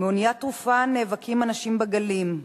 מאונייה טרופה נאבקים אנשים בגלים,